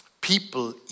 people